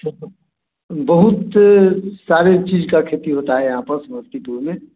से त बहुत सारे चीज का खेती होता है यहाँ पर समस्तीपुर में